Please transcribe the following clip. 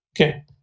Okay